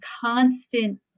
constant